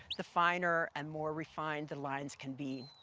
the finer and more refined the lines can be,